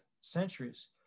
centuries